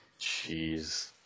jeez